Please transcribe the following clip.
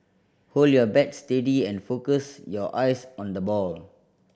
hold your bat steady and focus your eyes on the ball